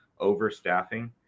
overstaffing